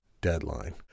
deadline